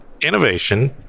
innovation